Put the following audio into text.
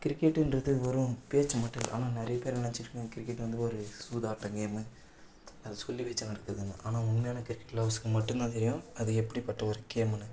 கிரிக்கெட்டுன்றது வெறும் பேச்சு மட்டும் இல்லை ஆனால் நிறைய பேர் நினச்சிட்டு இருக்காங்க கிரிக்கெட்டு வந்து ஒரு சூதாட்டம் கேமு அது சொல்லி வச்சு நடக்குதுன்னு ஆனால் உண்மையான கிரிக்கெட் லவ்வர்ஸ்க்கு மட்டும் தான் தெரியும் அது எப்படிபட்ட ஒரு கேமுன்னு